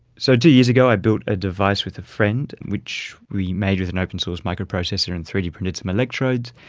so two years ago i built a device with a friend which we made with an open source microprocessor and three d printed some electrodes,